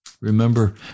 Remember